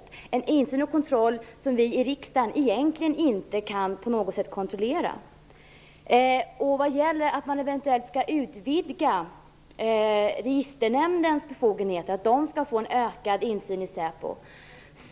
Det är också en insyn och kontroll som vi i riksdagen egentligen inte på något sätt kan kontrollera. Om man utökar Registernämndens befogenheter så att den får en ökad insyn i Säpo